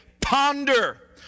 Ponder